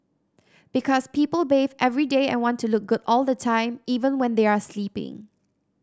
because people bath every day and want to look good all the time even when they are sleeping